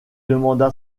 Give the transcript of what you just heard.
demanda